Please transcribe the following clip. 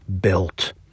built